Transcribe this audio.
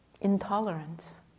intolerance